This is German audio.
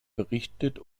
berichtet